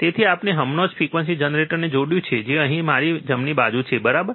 તેથી આપણે હમણાં જ ફ્રીક્વન્સી જનરેટરને જોડ્યું છે જે અહીં મારી જમણી બાજુ છે બરાબર